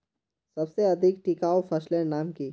सबसे अधिक टिकाऊ फसलेर नाम की?